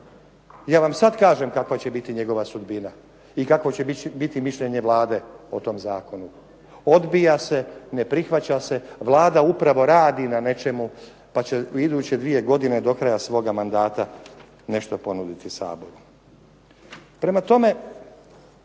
Ja vam sad kažem kakva će biti njegova sudbina i kakvo će biti mišljenje Vlade o tom zakonu. Odbija se. Ne prihvaća se. Vlada upravo radi na nečemu, pa će u iduće dvije godine do kraja svoga mandata nešto ponuditi Saboru.